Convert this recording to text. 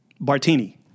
Bartini